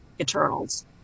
Eternals